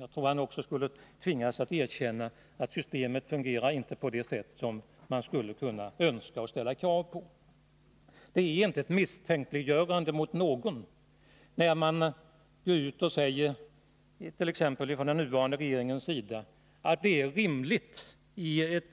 Jag tror att han skulle tvingas erkänna att systemet inte fungerar på det sätt man önskar och vill ställa krav på. Det är inte ett misstänkliggörande av någon när man t.ex. från regeringens sida går ut och säger, att i det nuvarande